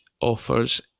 offers